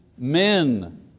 Men